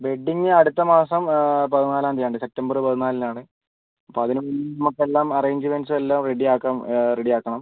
wedding അടുത്ത മാസം പതിനാലാം തീയ്യതിയാണ് സെപ്റ്റംബർ പതിനാലിനാണ് അപ്പം അതിന് മുമ്പ് നമുക്കെല്ലാം അറേഞ്ച്മെൻറ്റ്സും എല്ലാം റെഡി ആക്കാം റെഡി ആക്കണം